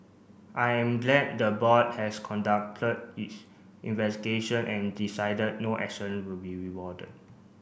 I am glad the board has conducted its investigation and decided no action will be rewarded